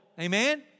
Amen